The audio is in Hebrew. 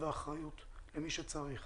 ואחריות למי שצריך.